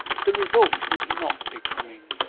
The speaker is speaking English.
the result was not becoming,